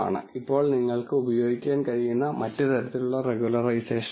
ഇപ്പോൾ നിങ്ങൾക്ക് ഉപയോഗിക്കാൻ കഴിയുന്ന മറ്റ് തരത്തിലുള്ള റെഗുലറൈസേഷൻ ഉണ്ട്